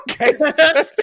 okay